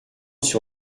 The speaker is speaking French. sur